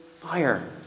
fire